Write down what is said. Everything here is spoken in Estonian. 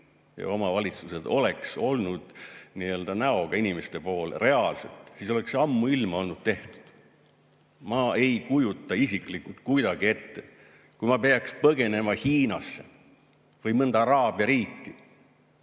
ja omavalitsused oleks olnud nii-öelda näoga inimeste poole reaalselt, siis oleks see ammuilma olnud tehtud. Ma ei kujuta isiklikult kuidagi ette, et kui ma peaks põgenema Hiinasse või mõnda araabia riiki,